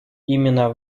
именно